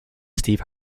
steve